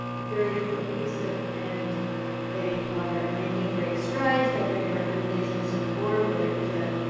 very cohesive and they are making great strides. they bring recommendations to the board. we're able to